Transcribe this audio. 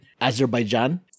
Azerbaijan